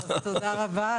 תודה רבה.